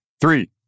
Three